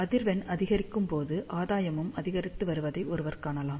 அதிர்வெண் அதிகரிக்கும் போது ஆதாயமும் அதிகரித்து வருவதை ஒருவர் காணலாம்